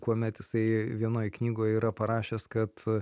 kuomet jisai vienoj knygoj yra parašęs kad